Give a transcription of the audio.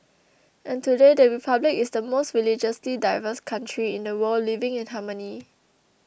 and today the Republic is the most religiously diverse country in the world living in harmony